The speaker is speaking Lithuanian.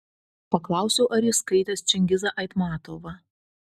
paklausiau ar jis skaitęs čingizą aitmatovą